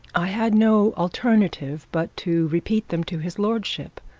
i had no alternative but to repeat them to his lordship,